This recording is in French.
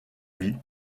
vie